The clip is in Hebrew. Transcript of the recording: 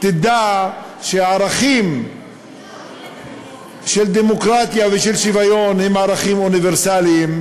ידעו שערכים של דמוקרטיה ושל שוויון הם ערכים אוניברסליים,